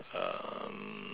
um